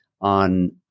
on